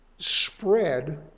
spread